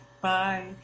Bye